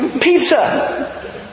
Pizza